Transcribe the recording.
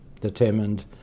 determined